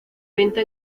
venta